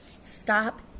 stop